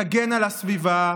תגן על הסביבה,